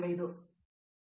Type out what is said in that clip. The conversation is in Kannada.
ಪ್ರೊಫೆಸರ್